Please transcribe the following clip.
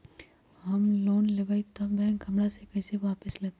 हम लोन लेलेबाई तब बैंक हमरा से पैसा कइसे वापिस लेतई?